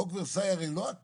חוק ורסאי, הרי לא הכנסת